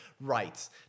rights